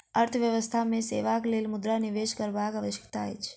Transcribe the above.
अर्थव्यवस्था मे सेवाक लेल मुद्रा निवेश करबाक आवश्यकता अछि